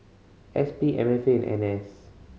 S P M F A and N S